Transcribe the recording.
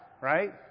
right